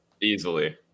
Easily